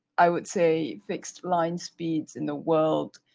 i would say, fixed line speeds in the world,